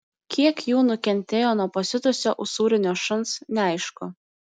kiek jų nukentėjo nuo pasiutusio usūrinio šuns neaišku